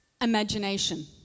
imagination